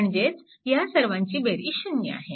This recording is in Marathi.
म्हणजेच ह्या सर्वांची बेरीज 0 आहे